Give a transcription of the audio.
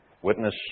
Witness